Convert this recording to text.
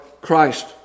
Christ